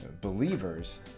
believers